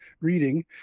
reading